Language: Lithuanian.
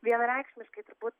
vienareikšmiškai turbūt